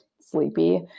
sleepy